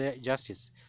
justice